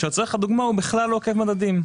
ולדוגמה הוא בכלל לא עוקב מדדים.